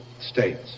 States